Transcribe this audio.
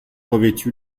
revêtu